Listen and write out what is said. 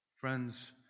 Friends